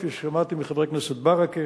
כפי ששמעתי מחבר הכנסת ברכה,